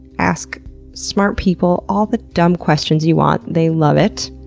ask smart people all the dumb questions you want. they love it.